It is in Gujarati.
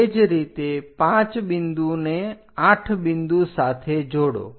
તે જ રીતે 5 બિંદુને 8 બિંદુ સાથે જોડો